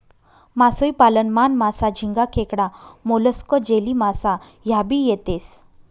मासोई पालन मान, मासा, झिंगा, खेकडा, मोलस्क, जेलीमासा ह्या भी येतेस